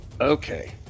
Okay